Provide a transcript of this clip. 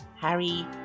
Harry